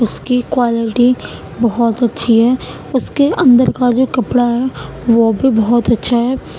اس کی کوائلٹی بہت اچھی ہے اس کے اندر کا جو کپڑا ہے وہ بھی بہت اچھا ہے